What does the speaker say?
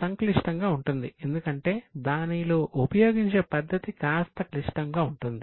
సంక్లిష్టంగా ఉంటుంది ఎందుకంటే దానిలో ఉపయోగించే పద్ధతి కాస్త క్లిష్టంగా ఉంటుంది